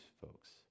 folks